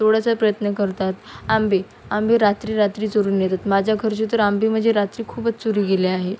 तोडायचा प्रयत्न करतात आंबे आंबे रात्री रात्री चोरून नेतात माझ्या घरचे तर आंबे म्हणजे रात्री खूपच चोरी गेले आहे